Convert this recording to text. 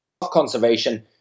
conservation